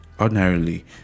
Ordinarily